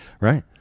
Right